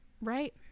Right